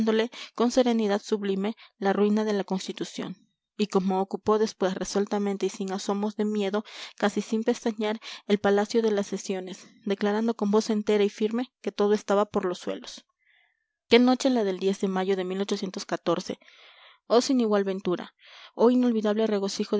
con serenidad sublime la ruina de la constitución y cómo ocupó después resueltamente y sin asomos de miedo casi sin pestañear el palacio de las sesiones declarando con voz entera y firme que todo estaba por los suelos qué noche la del de mayo de oh sin igual ventura oh inolvidable regocijo